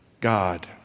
God